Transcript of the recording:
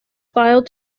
filed